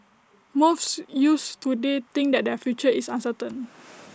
most youths today think that their future is uncertain